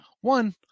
One